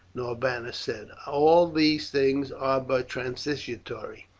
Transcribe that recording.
norbanus said, all these things are but transitory.